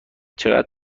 چقدر